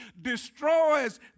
destroys